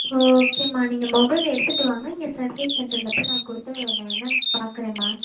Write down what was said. ஓகேம்மா நீங்கள் மொபைல் எடுத்துகிட்டு வாங்க இங்கே சர்வீஸ் சென்டரில் போய் நான் கொடுத்து நான் என்னான்னு பார்க்குறேன்மா